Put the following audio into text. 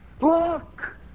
Look